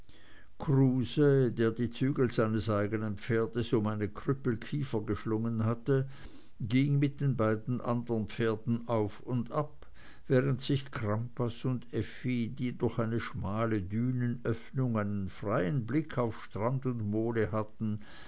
kruse der die zügel seines eigenen pferdes um eine krüppelkiefer geschlungen hatte ging mit den beiden anderen pferden auf und ab während sich crampas und effi die durch eine schmale dünenöffnung einen freien blick auf strand und mole hatten